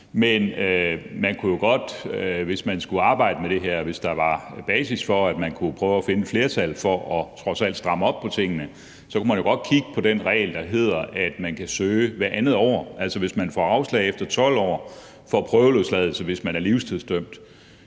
Hvis man skulle arbejde med det her, altså hvis der var basis for, at man kunne prøve at finde et flertal for trods alt at stramme op på tingene, kunne man jo godt kigge på den regel, der hedder, at man kan søge hvert andet år. Altså, hvis man får afslag efter 12 år på prøveløsladelse, hvis man er livstidsdømt,